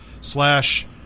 slash